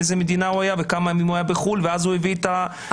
מאיזה מדינה הוא היה וכמה ימים הוא היה בחו"ל ואז הוא הביא את ---?